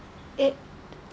it